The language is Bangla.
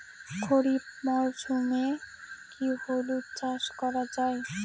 খরিফ মরশুমে কি হলুদ চাস করা য়ায়?